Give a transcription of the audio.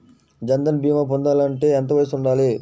జన్ధన్ భీమా పొందాలి అంటే ఎంత వయసు ఉండాలి?